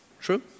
True